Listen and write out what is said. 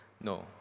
No